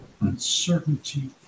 uncertainty